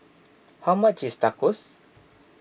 how much is Tacos